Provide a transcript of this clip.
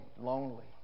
Lonely